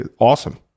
Awesome